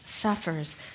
suffers